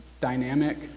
dynamic